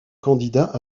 candidat